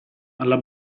alla